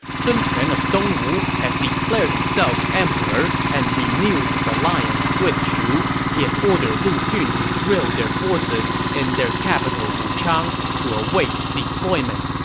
sun quan of dongwu has declared himself emperor and renewed his alliance with shu. he has ordered lu xun to drill their forces in their capital wuchang to await deployment.